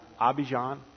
Abidjan